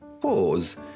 pause